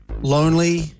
Lonely